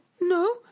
No